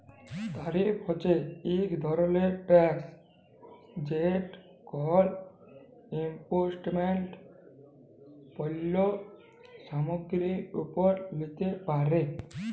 তারিফ হছে ইক ধরলের ট্যাকস যেট কল ইমপোর্টেড পল্য সামগ্গিরির উপর লিতে পারে